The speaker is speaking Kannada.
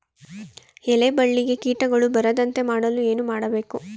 ಎಲೆ ಬಳ್ಳಿಗೆ ಕೀಟಗಳು ಬರದಂತೆ ಮಾಡಲು ಏನು ಮಾಡಬೇಕು?